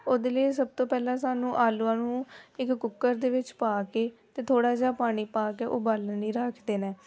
ਉਹਦੇ ਲਈ ਸਭ ਤੋਂ ਪਹਿਲਾਂ ਸਾਨੂੰ ਆਲੂਆਂ ਨੂੰ ਇੱਕ ਕੁੱਕਰ ਦੇ ਵਿੱਚ ਪਾ ਕੇ ਅਤੇ ਥੋੜ੍ਹਾ ਜਿਹਾ ਪਾਣੀ ਪਾ ਕੇ ਉਬਾਲਣ ਲਈ ਰੱਖ ਦੇਣਾ